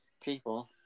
people